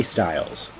Styles